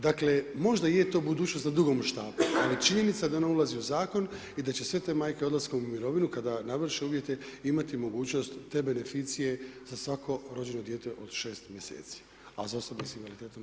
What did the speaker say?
Dakle možda i je to budućnost na dugom štapu ali činjenica je da ona ulazi u zakon i da će sve te majke odlaskom u mirovinu kada navrše uvjete imati mogućnost te beneficije za svako rođeno dijete od 6 mjeseci a za osobe sa invaliditetom